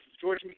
George